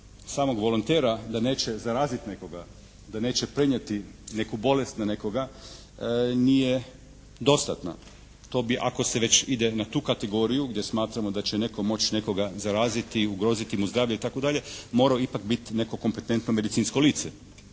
samog volontera da neće zaraziti nekoga, da neće prenijeti neku bolest na nekoga nije dostatna. To bi ako se već ide na tu kategoriju da smatramo da će netko moći nekoga zaraziti, ugroziti mu zdravlje itd. mora biti ipak neko kompetentno medicinsko lice,